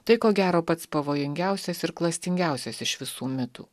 tai ko gero pats pavojingiausias ir klastingiausias iš visų mitų